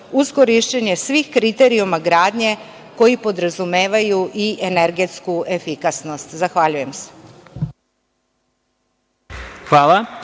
uz korišćenje svih kriterijuma gradnje koji podrazumevaju i energetsku efikasnost. Zahvaljujem se.